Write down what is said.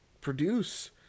produce